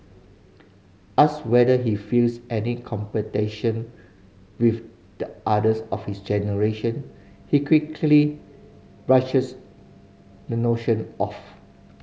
asked whether he feels any competition with the others of his generation he quickly brushes the notion off